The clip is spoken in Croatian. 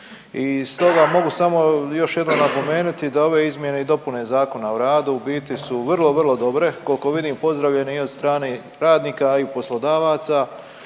I stoga mogu samo još jednom napomenuti da ove izmjene i dopune Zakona o radu u biti su vrlo, vrlo dobre koliko vidim pozdravljene i od strane radnika, a i poslodavaca,